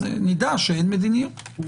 אז נדע שאין מדיניות.